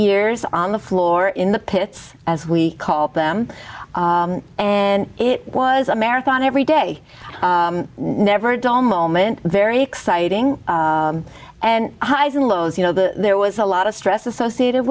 years on the floor in the pits as we call them and it was a marathon every day never a dull moment very exciting and highs and lows you know there was a lot of stress associated